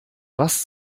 was